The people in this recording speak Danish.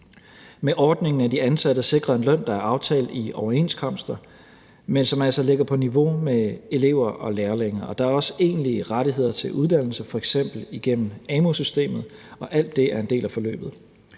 Med ordningen er de ansatte sikret en løn, der er aftalt i overenskomster, men som altså ligger på niveau med elever og lærlinges, og der er også egentlige rettigheder til uddannelse, f.eks. igennem amu-systemet, og alt det er en del af forløbet.